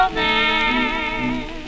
man